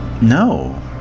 No